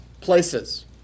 places